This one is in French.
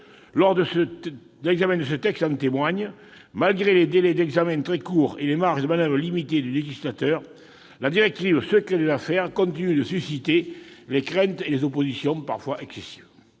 lors de l'examen de ce texte en témoigne. Malgré les délais d'examen très courts et les marges de manoeuvre limitées du législateur, la directive sur le secret des affaires continue de susciter des craintes et des oppositions, parfois excessives.